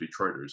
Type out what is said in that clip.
Detroiters